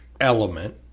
element